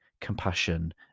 compassion